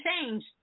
change